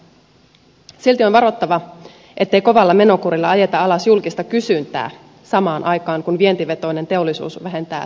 silti on varottava ettei kovalla menokurilla ajeta alas julkista kysyntää samaan aikaan kun vientivetoinen teollisuus vähentää työvoimaansa